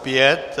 5.